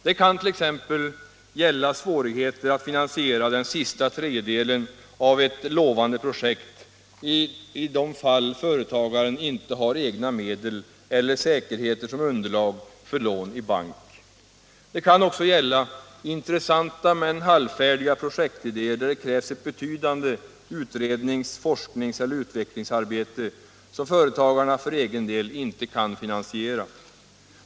Det kan t.ex. gälla svårigheter att finansiera den sista tredjedelen av ett lovande projekt i de fall företagaren inte har egna medel eller säkerheter som underlag för lån i bank. Det kan också gälla intressanta men halvfärdiga projektidéer, där det krävs ett betydande utrednings-, forskningseller utvecklingsarbete som företagaren för egen del inte kan finansiera.